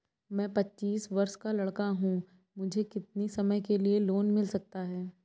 मैं पच्चीस वर्ष का लड़का हूँ मुझे कितनी समय के लिए लोन मिल सकता है?